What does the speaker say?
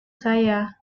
saya